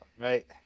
right